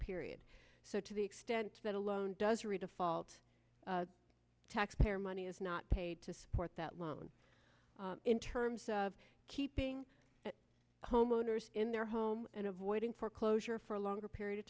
period so to the extent that alone doesn't redefault taxpayer money is not paid to support that loan in terms of keeping homeowners in their home and avoiding foreclosure for a longer period of